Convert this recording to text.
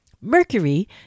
Mercury